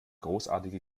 großartige